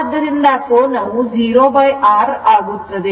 ಆದ್ದರಿಂದ ಕೋನವು 0R ಆಗುತ್ತದೆ